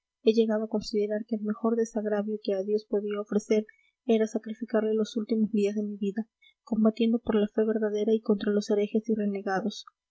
he llegado a considerar que el mejor desagravio que a dios podía ofrecer era sacrificarle los últimos días de mi vida combatiendo por la fe verdadera contra los herejes y renegados